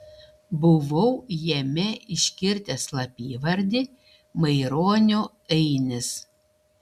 buvau jame iškirtęs slapyvardį maironio ainis